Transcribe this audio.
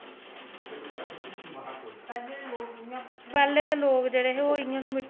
पैह्लें दे लोक जेह्डे़ हे ओह् इ'यां गै मिट्टी